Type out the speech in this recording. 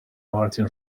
martin